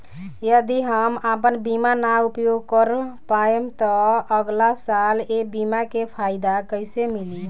यदि हम आपन बीमा ना उपयोग कर पाएम त अगलासाल ए बीमा के फाइदा कइसे मिली?